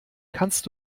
kannst